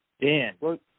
Dan